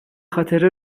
خاطر